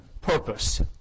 purpose